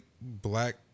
black